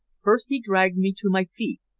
first he dragged me to my feet,